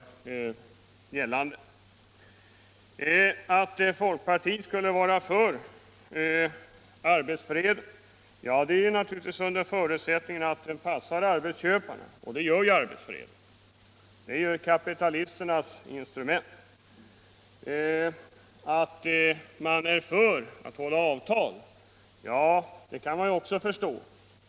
Uttalandet att folkpartiet skulle vara för arbetsfred gäller naturligtvis = endast under förutsättning att denna passar arbetsköparna — och det gör Om statsbidragen ju arbetsfreden, som är kapitalisternas instrument. Att folkpartiet är för = till beredskapsarbeatt avtal skall hållas kan man också förstå.